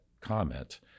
comment